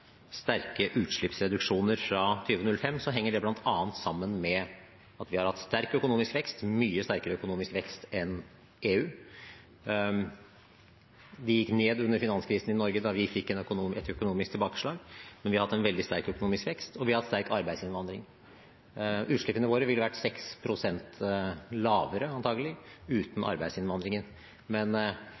sterke utslippsreduksjoner fra 2005, henger det bl.a. sammen med at vi har hatt sterk økonomisk vekst, mye sterkere økonomisk vekst enn EU. Den gikk ned under finanskrisen i Norge da vi fikk et økonomisk tilbakeslag, men vi har hatt en veldig sterk økonomisk vekst, og vi har hatt sterk arbeidsinnvandring. Utslippene våre ville antakelig vært 6 pst. lavere uten arbeidsinnvandringen, men